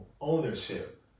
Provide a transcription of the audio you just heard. ownership